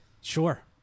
Sure